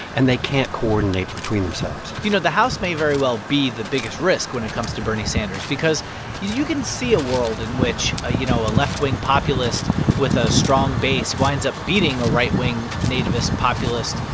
and they can't coordinate between themselves you know, the house may very well be the biggest risk when it comes to bernie sanders because you you can see a world in which, you know, a left-wing populist with a strong base winds up beating a right-wing nativist, populist,